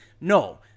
No